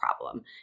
problem